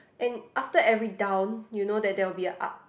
and after every down you know that there will be a up